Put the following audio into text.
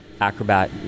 acrobat